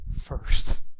first